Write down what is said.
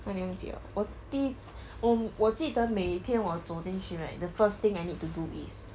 !huh! 你忘记 liao 我第我我记得我每天我走进 right the first thing I need to do is